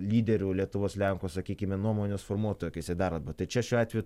lyderių lietuvos lenkų sakykime nuomonės formuotojų akyse dar labiau tai čia šiuo atveju